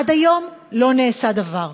עד היום לא נעשה דבר.